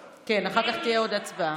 כן, אחר כך תהיה עוד הצבעה.